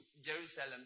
Jerusalem